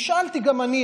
שאלתי גם אני,